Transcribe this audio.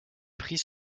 pris